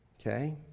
okay